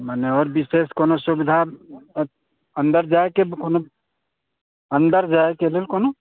मने आओर विशेष कोनो सुविधा अन्दर जाइके कोनो अन्दर जाइके भेल कोनो